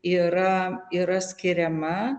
yra yra skiriama